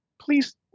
please